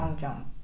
jump